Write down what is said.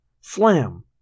Slam